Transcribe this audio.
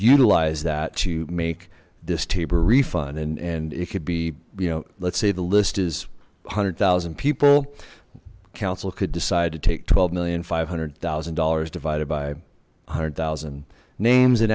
utilize that to make this table refund and and it could be you know let's say the list is a hundred thousand people council could decide to take twelve million five hundred thousand dollars divided by a hundred thousand names